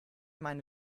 meine